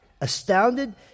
astounded